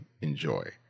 enjoy